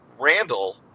Randall